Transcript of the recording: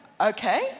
okay